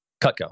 Cutco